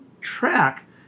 track